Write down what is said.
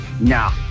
Nah